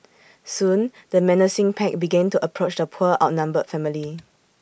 soon the menacing pack began to approach the poor outnumbered family